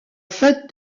fête